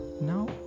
now